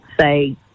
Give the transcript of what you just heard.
say